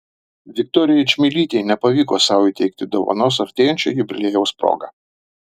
viktorijai čmilytei nepavyko sau įteikti dovanos artėjančio jubiliejaus proga